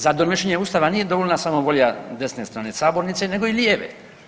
Za donošenje Ustava nije dovoljna volja samo volja desne strane sabornice nego i lijeve.